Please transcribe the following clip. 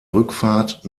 rückfahrt